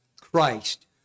Christ